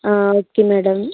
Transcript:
ആ okay madam